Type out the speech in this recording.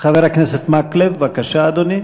חבר הכנסת מקלב, בבקשה, אדוני.